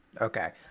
okay